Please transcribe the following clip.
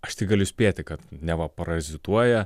aš tik galiu spėti kad neva parazituoja